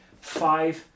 five